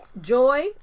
joy